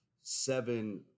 seven